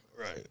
Right